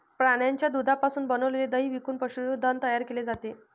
प्राण्यांच्या दुधापासून बनविलेले दही विकून पशुधन तयार केले जाते